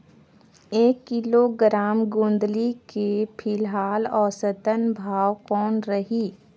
एक किलोग्राम गोंदली के फिलहाल औसतन भाव कौन रही?